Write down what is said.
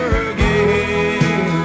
again